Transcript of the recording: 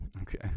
Okay